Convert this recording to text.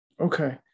Okay